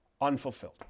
unfulfilled